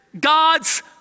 God's